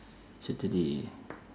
saturday